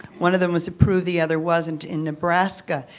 one of them was approved the other wasn't in nebraska.